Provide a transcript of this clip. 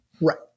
right